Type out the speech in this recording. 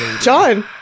John